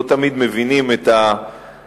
לא תמיד מבינים את ההבדל,